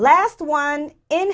last one in